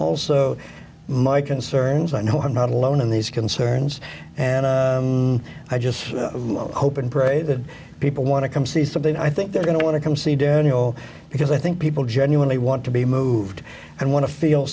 also my concerns i know i'm not alone in these concerns and i just hope and pray that people want to come see something i think they're going to want to come see daniel because i think people genuinely want to be moved and want to feel